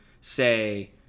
say